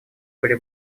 были